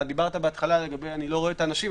אני לא רואה את האנשים,